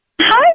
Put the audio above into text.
Hi